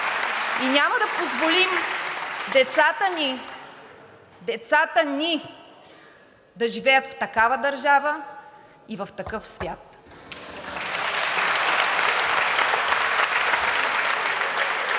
и няма да позволим децата ни, децата ни да живеят в такава държава и в такъв свят. (Всички